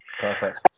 Perfect